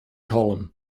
column